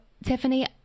Tiffany